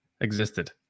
existed